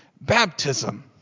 baptism